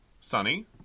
sunny